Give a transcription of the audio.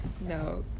no